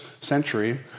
century